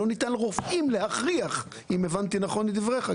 לא ניתן להכריח רופאים אם הבנתי את נכון את דבריך,